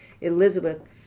Elizabeth